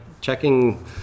checking